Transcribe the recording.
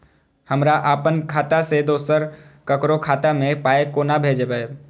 हमरा आपन खाता से दोसर ककरो खाता मे पाय कोना भेजबै?